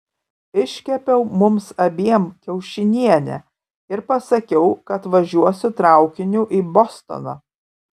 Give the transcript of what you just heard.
iškepiau mums abiem kiaušinienę ir pasakiau kad važiuosiu traukiniu į bostoną